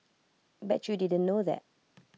bet you didn't know that